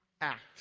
act